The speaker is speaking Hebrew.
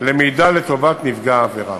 למידע לטובת נפגע העבירה.